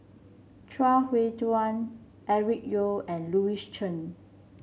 Chuang Hui Tsuan Eric Teo and Louis Chen